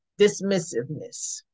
dismissiveness